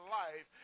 life